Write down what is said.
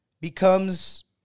becomes